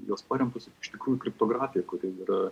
jos paremtos iš tikrųjų kriptografija kuri yra